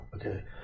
okay